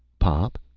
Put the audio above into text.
pop.